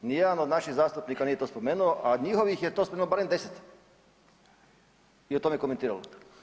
Ni jedan od naših zastupnika nije to spomenuo, a njihovih je to spomenulo barem deset i o tome komentiralo.